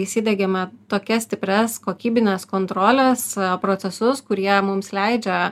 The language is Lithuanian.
įsidiegėme tokias stiprias kokybinės kontrolės procesus kurie mums leidžia